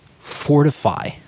fortify